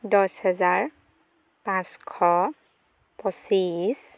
দহ হাজাৰ পাঁচশ পঁচিছ